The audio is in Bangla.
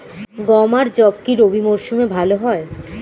গম আর যব কি রবি মরশুমে ভালো হয়?